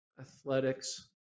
Athletics